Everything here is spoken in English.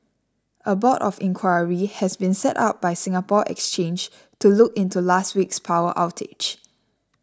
a board of inquiry has been set up by Singapore Exchange to look into last week's power outage